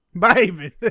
Baby